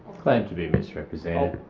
claim to be misrepresented.